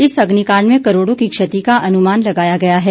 इस अग्निकाण्ड में करोड़ों की क्षति का अनुमान लगाया गया है